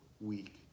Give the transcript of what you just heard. week